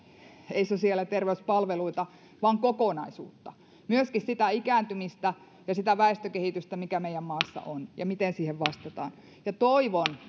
ei sosiaali ja terveyspalveluita vaan kokonaisuutta myöskin sitä ikääntymistä ja sitä väestökehitystä mikä meidän maassa on ja miten siihen vastataan toivon